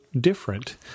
different